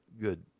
good